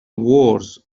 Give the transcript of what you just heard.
wars